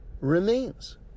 remains